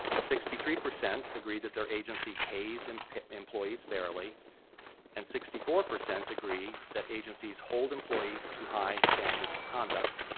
sixty three percent agree that their agency pays and pays employees fairly and sixty four percent agree that agencies hold employees to high standards of conduct.